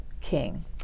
king